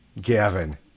Gavin